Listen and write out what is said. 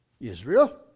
Israel